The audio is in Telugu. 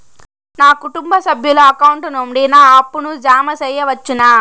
నా కుటుంబ సభ్యుల అకౌంట్ నుండి నా అప్పును జామ సెయవచ్చునా?